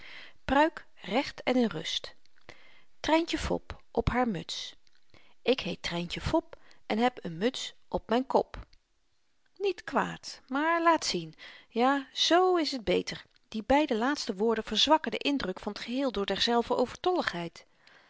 pruik recht en in rust tryntje fop op haar muts ik heet tryntje fop en heb een muts op myn kop niet kwaad maar laat zien ja z is t beter die beide laatste woorden verzwakken den indruk van het geheel door derzelver